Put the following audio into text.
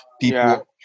people